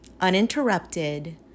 uninterrupted